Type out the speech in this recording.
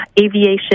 aviation